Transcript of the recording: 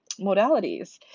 modalities